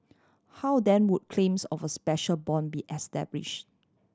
how then would claims of a special bond be establish